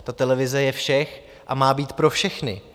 Ta televize je všech a má být pro všechny.